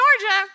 Georgia